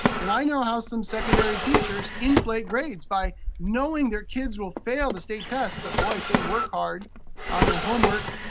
and i know how some secondary teachers inflate grades by knowing their kids will fail the state test. but boy, if they work hard on their homework,